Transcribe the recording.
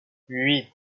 huit